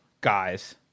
guys